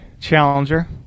challenger